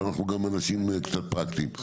אבל אנחנו גם אנשים קצת פרקטיים.